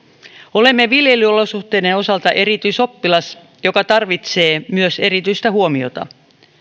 olemme viljelyolosuhteiden osalta erityisoppilas joka tarvitsee myös erityistä huomiota